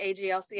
AGLCA